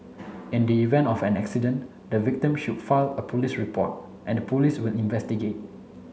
in the event of an accident the victim should file a police report and the Police will investigate